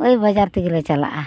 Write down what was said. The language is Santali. ᱳᱭ ᱵᱟᱡᱟᱨ ᱛᱮᱜᱮ ᱞᱮ ᱪᱟᱞᱟᱜᱼᱟ